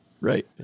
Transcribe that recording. Right